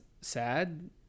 sad